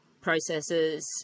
processes